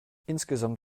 insgesamt